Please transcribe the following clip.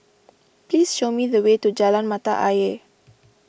please show me the way to Jalan Mata Ayer